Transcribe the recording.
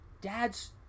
dad's